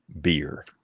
beer